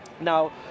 Now